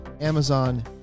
Amazon